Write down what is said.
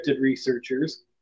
researchers